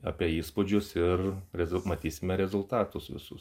apie įspūdžius ir rezul matysime rezultatus visus